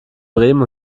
bremen